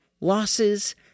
losses